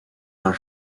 are